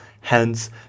Hence